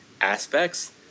aspects